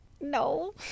No